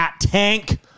Tank